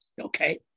Okay